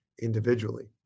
individually